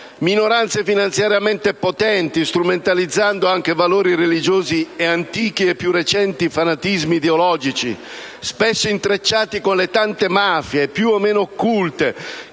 Minoranze finanziariamente potenti, strumentalizzando anche valori religiosi e antichi e più recenti fanatismi ideologici, spesso intrecciati con le tante mafie più o meno occulte